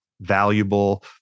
valuable